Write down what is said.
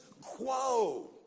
quo